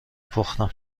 پختم